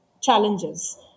challenges